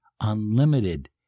unlimited